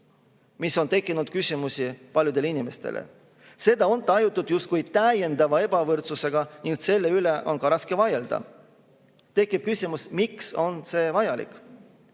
See on tekitanud küsimusi paljudele inimestele. Seda on tajutud justkui täiendava ebavõrdsusena ning selle vastu on ka raske vaielda. Tekib küsimus, miks on see vajalik.